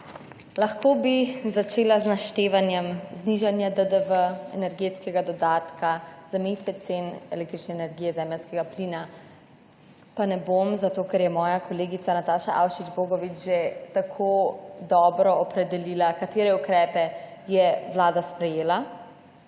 Lahko bi začela z naštevanjem, znižanja DDV, energetskega dodatka, zamejitve cen električne energije, zemeljskega plina. Pa ne bom zato, ker je moja kolegica Nataša Avšič Bogovič že tako dobro opredelila katere ukrepe je Vlada sprejela,